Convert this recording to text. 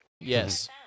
Yes